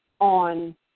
on